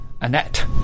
Annette